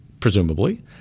presumably